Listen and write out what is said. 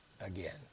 again